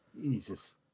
Jesus